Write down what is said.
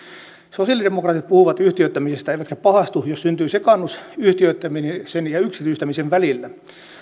sosialidemokraatit puhuvat yhtiöittämisestä eivätkä pahastu jos syntyy sekaannus yhtiöittämisen ja yksityistämisen välillä